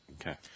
Okay